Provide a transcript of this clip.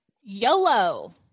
YOLO